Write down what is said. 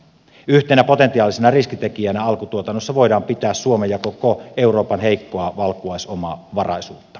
yhtenä potentiaalisena riskitekijänä alkutuotannossa voidaan pitää suomen ja koko euroopan heikkoa valkuaisomavaraisuutta